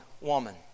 woman